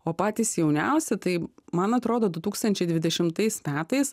o patys jauniausi tai man atrodo du tūkstančiai dvidešimtais metais